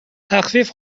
تخفیف